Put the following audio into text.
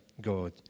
god